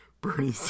Bernie